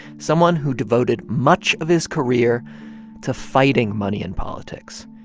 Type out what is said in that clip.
someone who devoted much of his career to fighting money in politics,